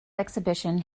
exhibition